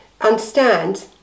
understand